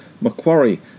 Macquarie